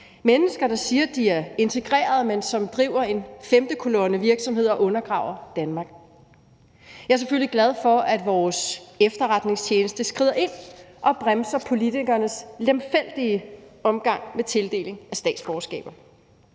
mennesker, der siger, de er integrerede, men som driver en femtekolonnevirksomhed og undergraver Danmark. Jeg er selvfølgelig glad for, at vores efterretningstjeneste skrider ind og bremser politikernes lemfældige omgang med tildeling af statsborgerskab.